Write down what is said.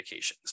medications